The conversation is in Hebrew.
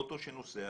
ברכב שנוסע